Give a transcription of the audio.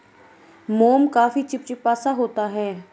मोम काफी चिपचिपा सा होता है